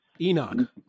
Enoch